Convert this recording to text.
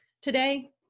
today